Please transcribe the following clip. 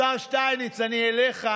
השר שטייניץ, אני אליך.